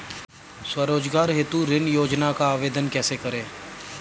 स्वरोजगार हेतु ऋण योजना का आवेदन कैसे करें?